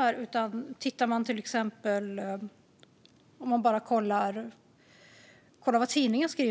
Om vi kollar vad som skrivs i tidningar kan vi se